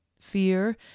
Fear